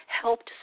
helped